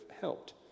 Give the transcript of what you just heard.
helped